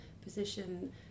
position